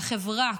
לחברה,